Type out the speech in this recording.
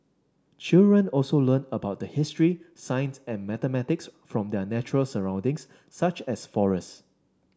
children also learn about history science and mathematics from their natural surroundings such as forest